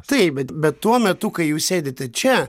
taip bet tuo metu kai jūs sėdite čia